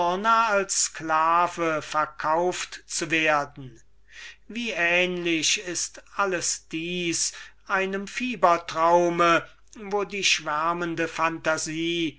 als ein sklave verkauft zu werden wie ähnlich ist alles dieses einem traum wo die schwärmende phantasie